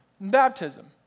Baptism